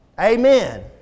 Amen